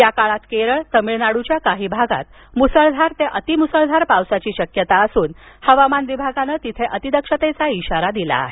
या काळात केरळ तामिळनाडुच्या काही भागात मुसळधार ते अतिमुसळधार पावसाची शक्यता असून हवामान विभागानं तिथे अतिदक्षतेचा इशारा दिला आहे